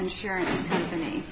insurance company